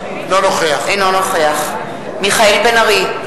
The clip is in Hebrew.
אינו נוכח מיכאל בן-ארי,